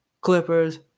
Clippers